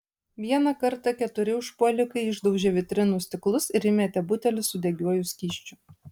vieną kartą keturi užpuolikai išdaužė vitrinų stiklus ir įmetė butelį su degiuoju skysčiu